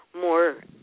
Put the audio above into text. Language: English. more